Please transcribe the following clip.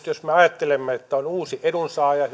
jos me ajattelemme että on uusi edunsaaja